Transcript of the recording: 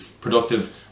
productive